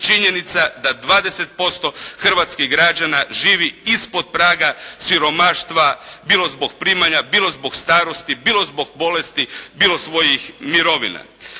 činjenica da 20% hrvatskih građana živi ispod praga siromaštva bilo zbog primanja, bilo zbog starosti, bilo zbog bolesti, bilo svojih mirovina.